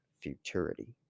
Futurity